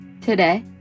Today